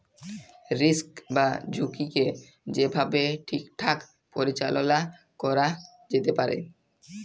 risk বা ঝুঁকিকে যে ভাবে ঠিকঠাক পরিচাললা ক্যরা যেতে পারে